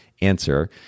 answer